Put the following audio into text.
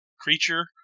creature